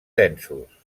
densos